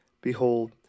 Behold